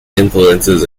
influences